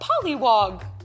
pollywog